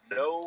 no